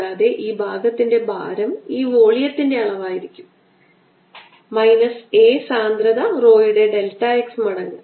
കൂടാതെ ഈ ഭാഗത്തിന്റെ ഭാരം ഈ വോളിയത്തിൻറെ അളവായിരിക്കും A സാന്ദ്രത rho യുടെ ഡെൽറ്റ X മടങ്ങ്